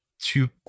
two